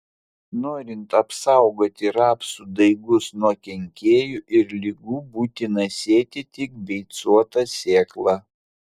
norint apsaugoti rapsų daigus nuo kenkėjų ir ligų būtina sėti tik beicuotą sėklą